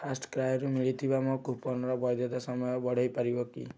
ଫାର୍ଷ୍ଟ୍କ୍ରାଏରୁ ମିଳିଥିବା ମୋ କୁପନ୍ର ବୈଧତା ସମୟ ବଢ଼ାଇ ପାରିବି କି